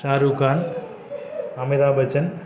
Shahrukh Khan Amitabh Bachchan